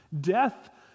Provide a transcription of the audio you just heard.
Death